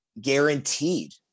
guaranteed